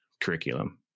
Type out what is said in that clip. curriculum